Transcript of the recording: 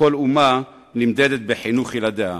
שכל אומה נמדדת בחינוך ילדיה,